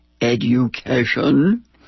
education